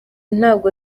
ntabwo